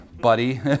buddy